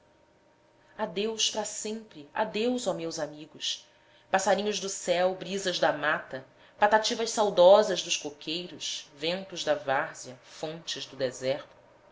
natureza adeus pra sempre adeus ó meus amigos passarinhos do céu brisas da mata patativas saudosas dos coqueiros ventos da várzea fontes do deserto